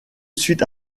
suite